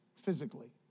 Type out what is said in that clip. Physically